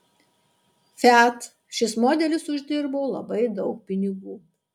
fiat šis modelis uždirbo labai daug pinigų